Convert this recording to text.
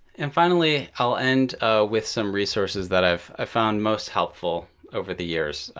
and finally, i'll end with some resources that i've ah found most helpful over the years.